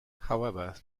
however